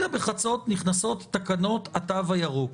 הלילה בחצות נכנסות תקנות התו הירוק.